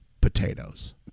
potatoes